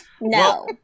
No